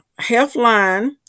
Healthline